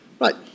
Right